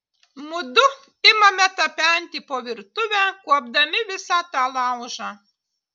mudu imame tapenti po virtuvę kuopdami visą tą laužą